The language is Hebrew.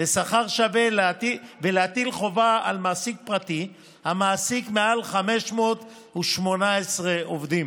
לשכר שווה ולהטיל חובה על מעסיק פרטי המעסיק מעל 518 עובדים,